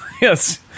yes